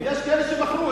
יש כאלה שמכרו.